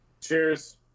Cheers